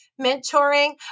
mentoring